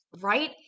right